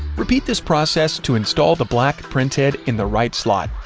repeat this process to install the black printhead in the right slot.